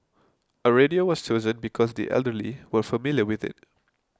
a radio was chosen because the elderly were familiar with it